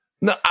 No